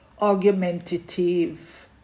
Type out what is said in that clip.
argumentative